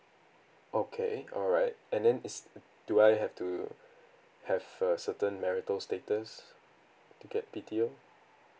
okay alright and then is do I have to have a certain marital status to get B_T_O